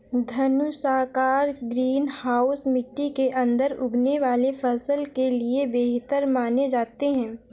धनुषाकार greenhouse मिट्टी के अंदर उगने वाले फसल के लिए बेहतर माने जाते हैं